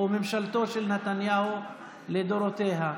וממשלתו של נתניהו לדורותיה,